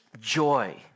joy